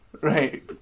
Right